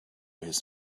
his